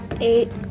Eight